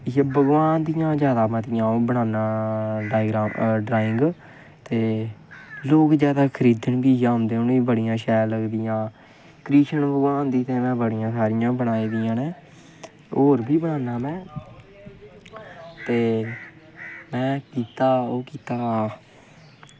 भगवान दियां जैदा बनाना ड्राइंग ते लोग जैदा खरीदन बी इ'यै औंदे उ'नें गी जैदा शैल बी इ'यै लगदियां ते कृष्ण भगवान दियां में बड़ियां सारियां बनाई दियां न होर बी बनाना में ते में कीता ओह् कीता